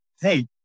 hey